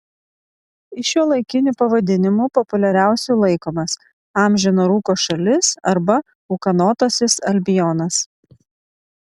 iš šiuolaikinių pavadinimų populiariausiu laikomas amžino rūko šalis arba ūkanotasis albionas